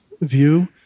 view